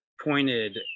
pointed